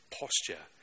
posture